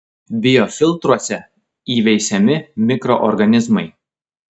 biofiltruose įveisiami mikroorganizmai